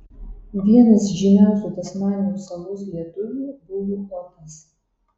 vienas žymiausių tasmanijos salos lietuvių buvo otas